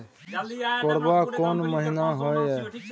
केराव कोन महीना होय हय?